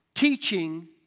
Teaching